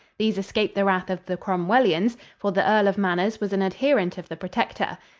these escaped the wrath of the cromwellians, for the earl of manners was an adherent of the protector.